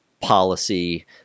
policy